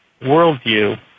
worldview